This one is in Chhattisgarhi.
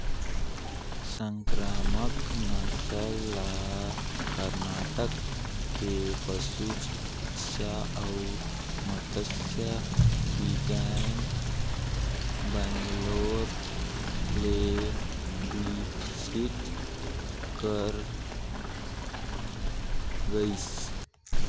संकरामक नसल ल करनाटक के पसु चिकित्सा अउ मत्स्य बिग्यान बैंगलोर ले बिकसित करल गइसे